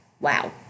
Wow